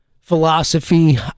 philosophy